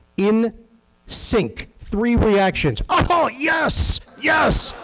in sync, three reactions, oh, yes, yes,